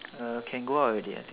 uh can go out already lah